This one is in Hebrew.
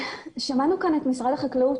שמענו כאן את משרד החקלאות,